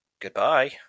Goodbye